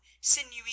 sinewy